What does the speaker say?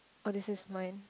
oh this is mine